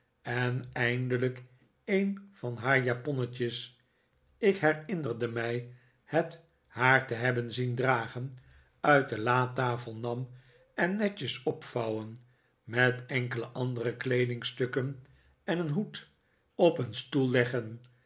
en eindelijk een van haar japonnetjes ik herinnerde mij het haar te hebben zien dragen uit de latafel nand en netjes opvouwen met enkele andere kleedingsfukken en een hoed op een stoel legde